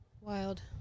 Wild